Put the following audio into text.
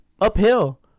uphill